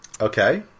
Okay